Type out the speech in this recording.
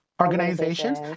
organizations